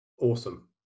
Awesome